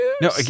No